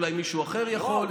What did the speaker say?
אולי מישהו אחר יכול.